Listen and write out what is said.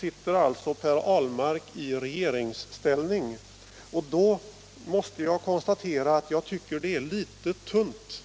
sitter Per Ahlmark i regeringsställning, och då måste jag konstatera att det svar som lämnats här är litet tunt.